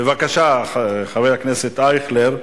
בבקשה, חבר הכנסת אייכלר.